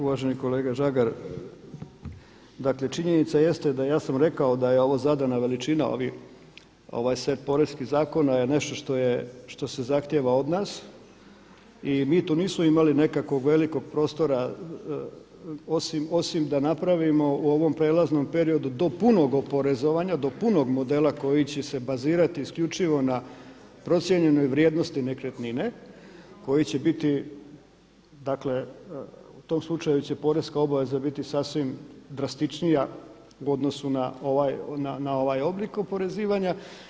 Uvaženi kolega Žagar, dakle činjenica jeste, ja sam rekao da je ovo zadana veličina ovih, ovaj set poreskih zakona je nešto što se zahtjeva od nas i mi tu nismo imali nekakvog velikog prostora osim da napravimo u ovom prijelaznom periodu do punog oporezovanja, do punog modela koji će se bazirati isključivo na procijenjenoj vrijednosti nekretnine koji će biti dakle u tom slučaju će poreska obveza biti sasvim drastičnija u odnosu na ovaj oblik oporezivanja.